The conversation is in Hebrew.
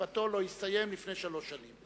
משפטו לא יסתיים לפני תום שלוש שנים.